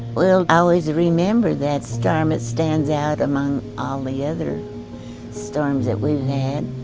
we'll always remember that storm. it stands out among all the other storms that we've had.